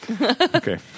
okay